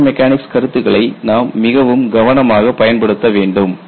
fracture mechanics கருத்துக்களை நாம் மிகவும் கவனமாகப் பயன்படுத்த வேண்டும்